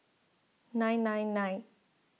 nine nine nine